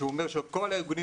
שכל הארגונים